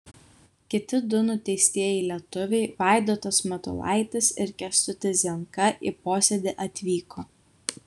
kiti du nuteistieji lietuviai vaidotas matulaitis ir kęstutis zienka į posėdį atvyko